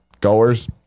goers